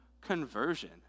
conversion